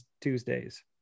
tuesdays